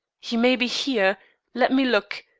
he may be here let me look.